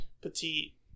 petite